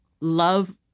love